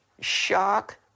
shock